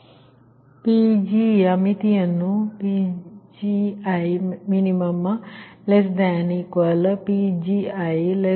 ಆದ್ದರಿಂದ ಮತ್ತು Pgಯ ಮಿತಿಯನ್ನು PgiminPgiPgimax ನೀಡಲಾಗಿದೆ